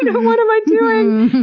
and but what am i doing?